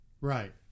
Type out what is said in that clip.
Right